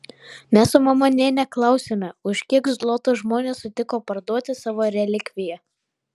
mes su mama nė neklausėme už kiek zlotų žmonės sutiko parduoti savo relikviją